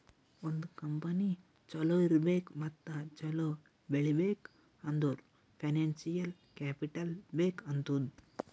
ಒಂದ್ ಕಂಪನಿ ಛಲೋ ಇರ್ಬೇಕ್ ಮತ್ತ ಛಲೋ ಬೆಳೀಬೇಕ್ ಅಂದುರ್ ಫೈನಾನ್ಸಿಯಲ್ ಕ್ಯಾಪಿಟಲ್ ಬೇಕ್ ಆತ್ತುದ್